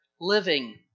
living